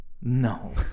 No